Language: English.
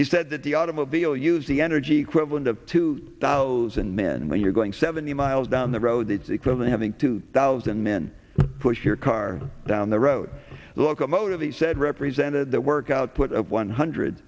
he said that the automobile use the energy equivalent of two thousand men when you're going seventy miles down the road it's equivalent having two thousand men push your car down the road a locomotive he said represented the work output of one hundred